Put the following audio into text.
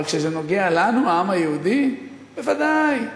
אבל כשזה נוגע לנו, העם היהודי, בוודאי.